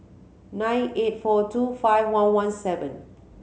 nine eight four two five one one seven